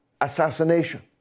assassination